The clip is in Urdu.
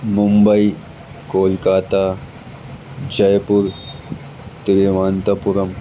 ممبئی کولکاتہ جے پور تری وانتا پورم